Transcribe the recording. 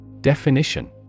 Definition